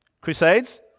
Crusades